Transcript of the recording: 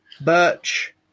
birch